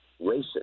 racist